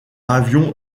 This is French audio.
avion